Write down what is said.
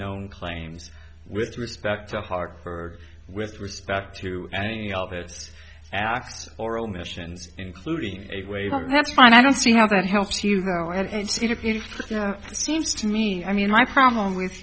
known claims with respect to hartford with respect to any of its acts or omission including a waiver and that's fine i don't see how that helps you go ahead and teach it seems to me i mean my problem with